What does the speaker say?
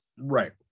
right